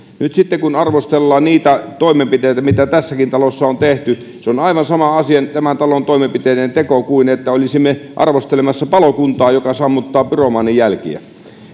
nyt sitten kun arvostellaan niitä toimenpiteitä mitä tässäkin talossa on tehty niin se on aivan sama asia tämän talon toimenpiteiden teko kuin se että olisimme arvostelemassa palokuntaa joka sammuttaa pyromaanin jälkiä